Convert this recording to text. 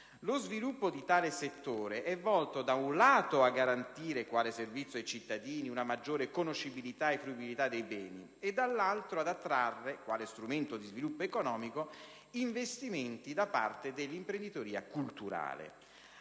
Lo sviluppo di tale settore è volto, da un lato, a garantire quale servizio ai cittadini, una maggiore conoscibilità e fruibilità dei beni e, dall'altro ad attrarre, quale strumento di sviluppo economico, investimenti da parte dell'imprenditoria culturale.